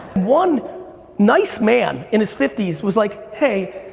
one nice man in his fifty s was like, hey,